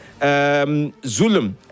zulum